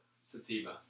Sativa